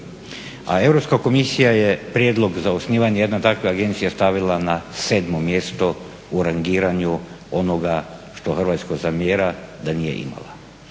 A Europska komisija je prijedlog za osnivanje jedne takve agencije stavila na 7. mjesto u rangiranju onoga što Hrvatskoj zamjera da nije imala.